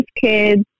kids